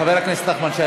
חבר הכנסת נחמן שי,